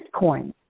Bitcoin